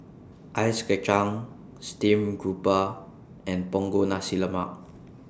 Ice Kachang Steamed Garoupa and Punggol Nasi Lemak